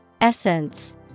Essence